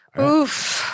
Oof